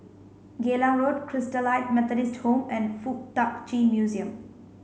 Geylang Road Christalite Methodist Home and Fuk Tak Chi Museum